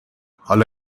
حالا